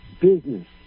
business